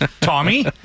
Tommy